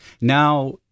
Now